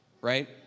right